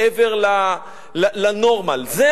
אז אני,